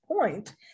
point